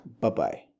bye-bye